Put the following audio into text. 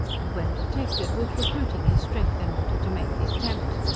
and when detected, was recruiting his strength in order to make the attempt.